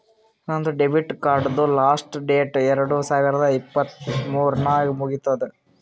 ನಂದ್ ಡೆಬಿಟ್ ಕಾರ್ಡ್ದು last date ಎರಡು ಸಾವಿರದ ಇಪ್ಪತ್ ಮೂರ್ ನಾಗ್ ಮುಗಿತ್ತುದ್